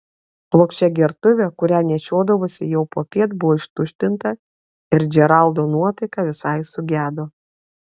plokščia gertuvė kurią nešiodavosi jau popiet buvo ištuštinta ir džeraldo nuotaika visai sugedo